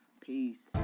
Peace